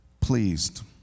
pleased